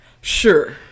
sure